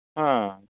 ᱦᱚᱸ